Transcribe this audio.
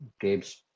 Gabe's